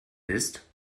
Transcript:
ist